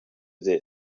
this